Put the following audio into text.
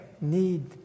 need